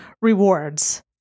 rewards